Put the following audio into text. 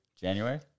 January